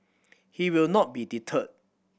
he will not be deterred